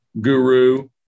Guru